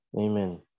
Amen